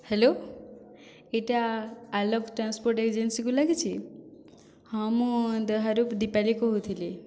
hello ଏଇଟା Alok transport ଏଜେନ୍ସିକୁ ଲାଗିଛି ହଁ ମୁଁ ଦହ୍ୟାରୁ ଦୀପାଲି କହୁଥିଲି